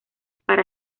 para